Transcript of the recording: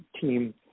team